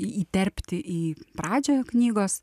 į įterpti į pradžią knygos